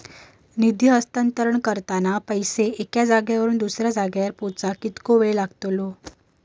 निधी हस्तांतरण करताना पैसे एक्या जाग्यावरून दुसऱ्या जाग्यार पोचाक कितको वेळ लागतलो?